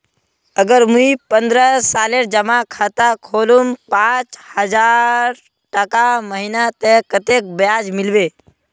अगर मुई पन्द्रोह सालेर जमा खाता खोलूम पाँच हजारटका महीना ते कतेक ब्याज मिलबे?